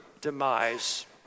demise